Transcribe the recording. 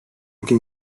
iki